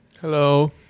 Hello